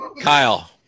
kyle